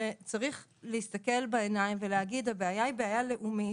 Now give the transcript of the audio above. אני חושבת שצריך להסתכל בעיניים ולהגיד: הבעיה היא בעיה לאומית.